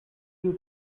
you